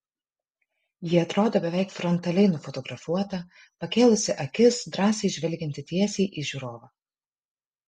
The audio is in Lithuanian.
ji atrodo beveik frontaliai nufotografuota pakėlusi akis drąsiai žvelgianti tiesiai į žiūrovą